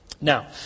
Now